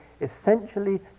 essentially